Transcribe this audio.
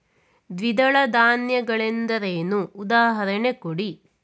ದ್ವಿದಳ ಧಾನ್ಯ ಗಳೆಂದರೇನು, ಉದಾಹರಣೆ ಕೊಡಿ?